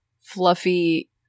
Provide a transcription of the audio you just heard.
fluffy